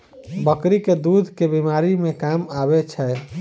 बकरी केँ दुध केँ बीमारी मे काम आबै छै?